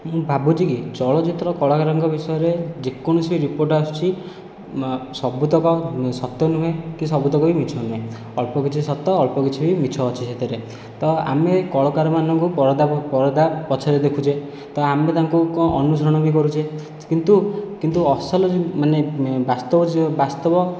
ମୁଁ ଭାବୁଛି କି ଚଳଚିତ୍ର କଳାକାରଙ୍କ ବିଷୟରେ ଯେକୌଣସିବି ରିପୋର୍ଟ ଆସୁଛି ସବୁତକ ସତ ନୁହେଁ କି ସବୁତକ ବି ମିଛ ନୁହେଁ ଅଳ୍ପ କିଛି ସତ ଅଳ୍ପ କିଛି ବି ମିଛ ଅଛି ସେଥିରେ ତ ଆମେ କଳକାରମାନଙ୍କୁ ପରଦା ପରଦା ପଛରେ ଦେଖୁଛେ ତ ଆମେ ତାଙ୍କୁ କ'ଣ ଅନୁସରଣ ବି କରୁଛେ କିନ୍ତୁ କିନ୍ତୁ ଅସଲ ମାନେ ବାସ୍ତବ ବାସ୍ତବ